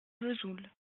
vesoul